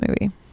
movie